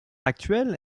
actuel